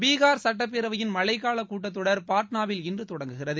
பீஹார் சட்டப்பேரவையின் மழைக்கால கூட்டத் தொடர் பாட்னாவில் இன்று தொடங்குகிறது